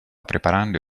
preparando